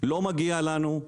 לא מגיע לנו,